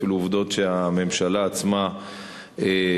אפילו עובדות שהממשלה עצמה העלתה,